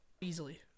Easily